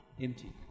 empty